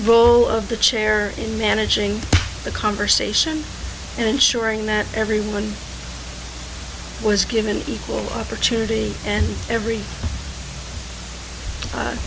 rule of the chair in managing the conversation and ensuring that everyone was given equal opportunity and every